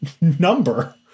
number